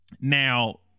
Now